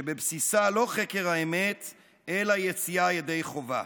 שבבסיסה לא חקר האמת אלא יציאה לידי חובה.